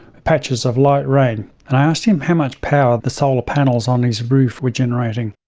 patches of light rain, and i asked him how much power the solar panels on his roof were generating.